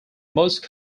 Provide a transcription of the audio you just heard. most